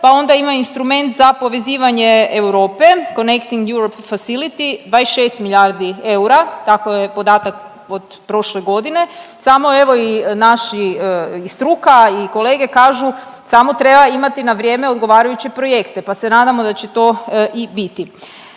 pa onda ima instrument za povezivanje Europe, Connecting Europe Facility, 26 milijardi eura, tako je podatak od prošle godine, samo evo, i naši i struka i kolege kažu, samo treba imati na vrijeme odgovarajuće projekte, pa se nadamo da će to i biti.